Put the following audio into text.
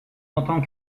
entend